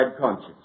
conscience